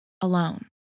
alone